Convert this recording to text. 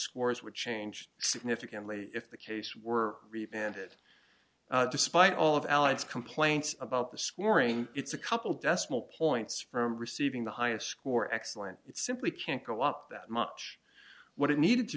scores would change significantly if the case were replanted despite all of alan's complaints about the scoring its a couple decimal points from receiving the highest score excellent it's simply can't go up that much what it needed to